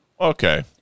Okay